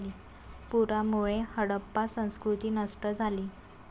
पुरामुळे हडप्पा संस्कृती नष्ट झाली